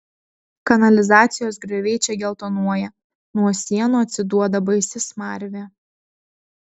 kanalizacijos grioviai čia geltonuoja nuo sienų atsiduoda baisi smarvė